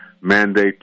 mandate